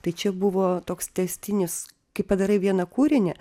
tai čia buvo toks tęstinis kai padarai vieną kūrinį